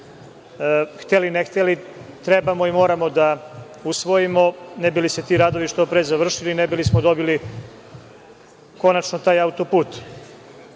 hteli ne hteli, trebamo i moramo da usvojimo ne bi li se ti radovi što pre završili i ne bi li smo dobili konačno taj autoput. Nije